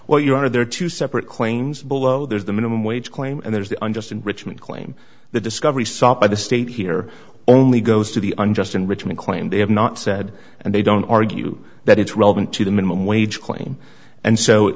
well you are there are two separate claims below there's the minimum wage claim and there is the un just in richmond claim the discovery sought by the state here only goes to the unjust enrichment claim they have not said and they don't argue that it's relevant to the minimum wage claim and so